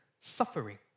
suffering